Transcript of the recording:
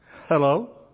Hello